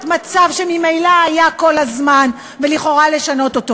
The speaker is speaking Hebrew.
מצב שממילא היה כל הזמן ולכאורה לשנות אותו?